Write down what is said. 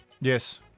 Yes